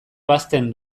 ebazten